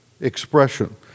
expression